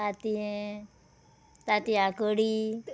तांतयें तांतयां कडी